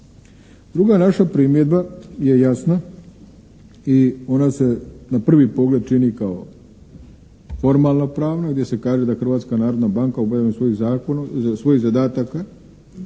Druga naša primjedba je jasna i ona se na prvi pogled čini kao formalno-pravna gdje se kaže da Hrvatska narodna banka u obavljanju svojih zadataka